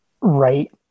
right